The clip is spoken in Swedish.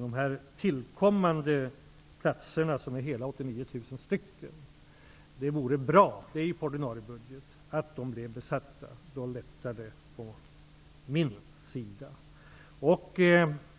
Det vore bra om de tillkommande 89 000 platserna, på ordinarie budget, blev besatta. Då skulle det lätta på min sida.